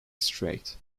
straight